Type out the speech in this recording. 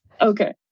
Okay